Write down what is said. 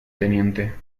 teniente